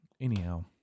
Anyhow